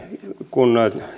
kun